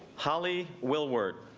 holly will work.